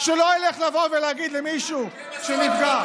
שלא ילך ויבוא ויגיד למישהו שנפגע.